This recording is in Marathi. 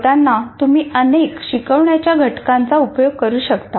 शिकवताना तुम्ही अनेक शिकवण्याच्या घटकांचा उपयोग करू शकता